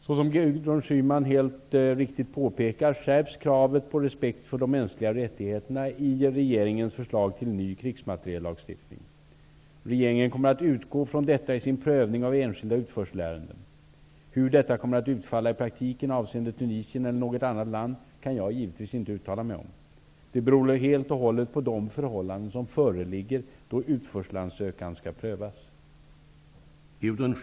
Såsom Gudrun Schyman helt riktigt påpekar skärps kravet på respekt för de mänskliga rättigheterna i regeringens förslag till ny krigsmateriellagstiftning. Regeringen kommer att utgå från detta i sin prövning av enskilda utförselärenden. Hur detta kommer att utfalla i praktiken avseende Tunisien eller något annat land kan jag givetvis inte uttala mig om. Det beror helt och hållet på de förhållanden som föreligger då utförselansökan skall prövas.